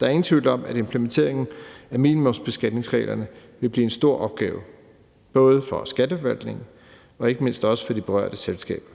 Der er ingen tvivl om, at implementeringen af minimumsbeskatningsreglerne vil blive en stor opgave, både for Skatteforvaltningen , men ikke mindst også for de berørte selskaber.